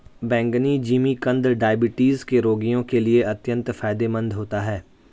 बैंगनी जिमीकंद डायबिटीज के रोगियों के लिए अत्यंत फायदेमंद होता है